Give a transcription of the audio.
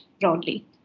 broadly